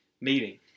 meeting